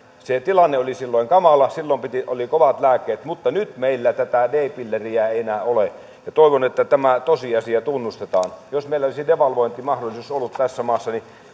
se tilanne oli silloin kamala silloin oli kovat lääkkeet mutta nyt meillä tätä d pilleriä ei enää ole toivon että tämä tosiasia tunnustetaan jos meillä olisi devalvointimahdollisuus ollut tässä maassa